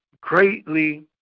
greatly